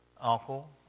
uncle